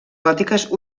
gòtiques